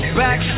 back